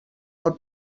del